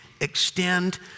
extend